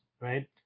right